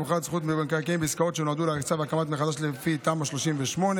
ובמכירת זכות במקרקעין בעסקאות שנועדו להריסה והקמה מחדש לפי תמ"א 38,